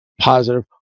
positive